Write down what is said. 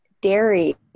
dairy